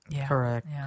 Correct